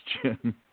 question